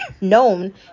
known